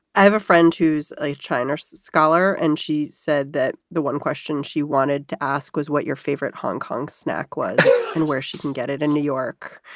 i have a friend who's a china scholar, and she said that the one question she wanted to ask was what your favorite hong kong snack was and where she can get it in new york.